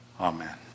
Amen